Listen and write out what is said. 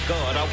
God